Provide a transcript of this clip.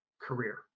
career